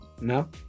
No